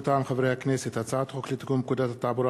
מטעם הכנסת: הצעת חוק לתיקון פקודת התעבורה